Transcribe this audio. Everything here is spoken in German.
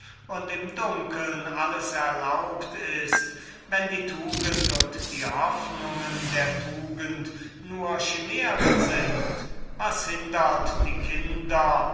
und im dunkeln alles erlaubt ist wenn die tugend und die hoffnungen der tugend nur schimären sind was hindert die kinder